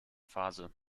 phase